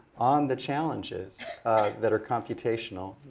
on the challenges that are computational.